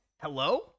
Hello